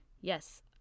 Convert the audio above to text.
Yes